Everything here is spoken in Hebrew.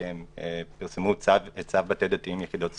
הקודם פרסמו צו בתי דין דתיים (יחידות סיוע),